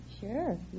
Sure